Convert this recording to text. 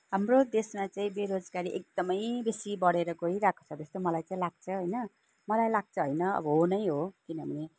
हाम्रो देशमा चाहिँ बेरोजगारी एकदमै बेसी बढेर गइरहेको छ जस्तो मलाई चाहिँ लाग्छ होइन मलाई लाग्छ होइन अब हो नै हो किनभने